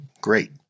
great